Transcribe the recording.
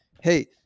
Hey